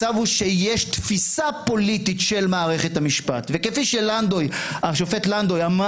כל פשרה שמונחת על השולחן צריכה לחזור אל עומק